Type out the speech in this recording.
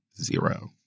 zero